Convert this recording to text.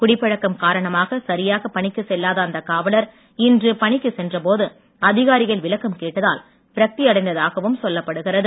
குடிப்பழக்கம் காரணமாக சரியாக பணிக்கு செல்லாத அந்த காவலர் இன்று பணிக்குச் சென்றபோது அதிகாரிகள் விளக்கம் கேட்டதால் விரக்தி அடைந்ததாகவும் சொல்லப் படுகிறது